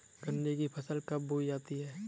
गन्ने की फसल कब बोई जाती है?